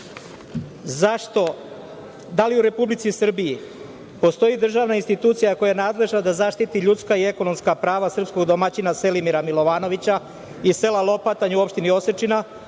– da li u Republici Srbiji postoji državna institucija koja je nadležna da zaštiti ljudska i ekonomska prava srpskog domaćina Selimira Milovanovića iz sela Lopatanj u opštini Osečina,